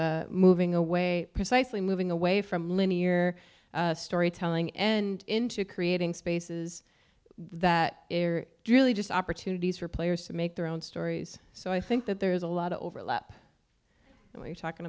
is moving away precisely moving away from linear storytelling and into creating spaces that are really just opportunities for players to make their own stories so i think that there's a lot of overlap